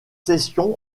sessions